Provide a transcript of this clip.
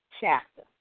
chapter